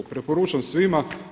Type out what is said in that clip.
Preporučam svima.